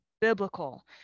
biblical